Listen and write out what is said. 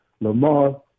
Lamar